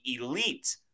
elite